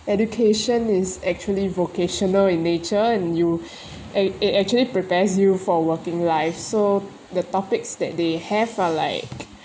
education is actually vocational in nature and you it it actually prepares you for working life so the topics that they have are like